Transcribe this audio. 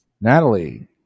Natalie